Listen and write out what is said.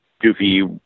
goofy